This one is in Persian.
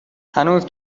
هنوز